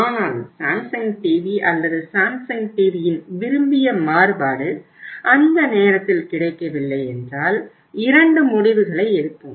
ஆனால் Samsung TV அல்லது Samsung டிவியின் விரும்பிய மாறுபாடு அந்த நேரத்தில் கிடைக்கவில்லை என்றால் இரண்டு முடிவுகளை எடுப்போம்